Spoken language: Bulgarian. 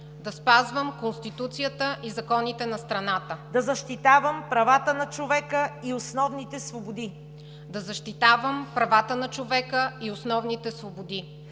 да спазвам Конституцията и законите на страната, да защитавам правата на човека и основните свободи,